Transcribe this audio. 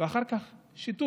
ואחר כך שיטור.